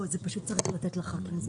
לא, זה פשוט צריך לתת לח"כים.